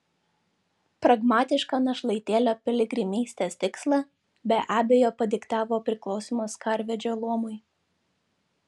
pragmatišką našlaitėlio piligrimystės tikslą be abejo padiktavo priklausymas karvedžio luomui